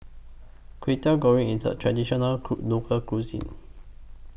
Kway Teow Goreng IS A Traditional Local Cuisine